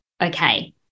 okay